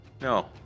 No